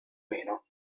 meno